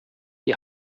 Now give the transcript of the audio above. die